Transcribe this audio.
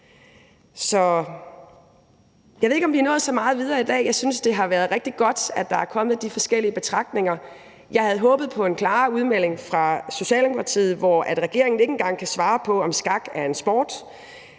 Jeg ved ikke, om vi er nået så meget videre i dag. Jeg synes, det har været rigtig godt, at der er kommet de forskellige betragtninger. Jeg havde håbet på en klarere udmelding fra Socialdemokratiet, hvor regeringen ikke engang kan svare på, om skak er en sport.